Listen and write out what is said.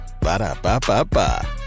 Ba-da-ba-ba-ba